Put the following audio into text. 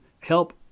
help